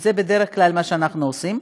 שזה בדרך כלל מה שאנחנו עושים,